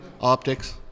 Optics